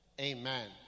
Amen